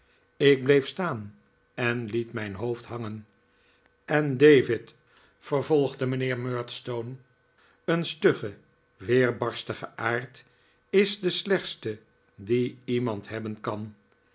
ik bleef staan en liet mijn hoofd hangen en david vervolgde mijnheer murdstone een stugge weerbarstige aard is de slechtste dien iemand hebben kan